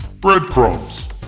breadcrumbs